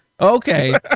Okay